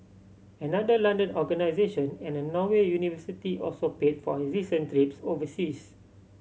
another London organisation and a Norway university also paid for his recent trips overseas